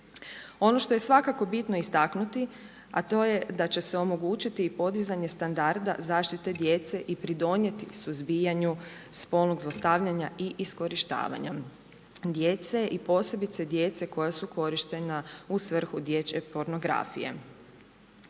Ono što je svakako bitno istaknuti, a to je da će se omogućiti podizanje standarda zaštite djece i pridonijeti suzbijanju spolnog zlostavljanja i iskorištavanja djece i posebice djece koja su korištena u svrhu dječje pornografije.